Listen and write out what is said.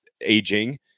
aging